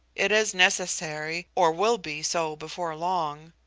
it is necessary, or will be so before long.